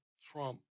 Trump